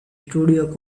studio